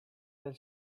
del